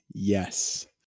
Yes